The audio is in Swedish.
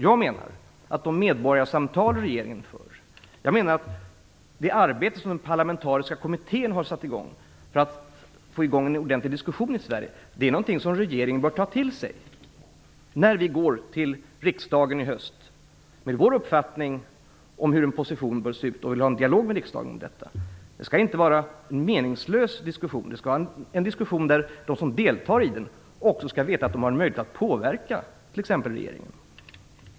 Jag menar att de medborgarsamtal som regeringen för och det arbete som den parlamentariska kommittén har satt i gång för att få i gång en ordentlig diskussion i Sverige, är någonting som vi i regeringen bör ta till oss när vi går till riksdagen i höst med vår uppfattning om hur en position bör se ut och vill ha en dialog med riksdagen om detta. Det skall inte vara en meningslös diskussion, utan en diskussion där de som deltar skall veta att de har en möjlighet att påverka t.ex. regeringen.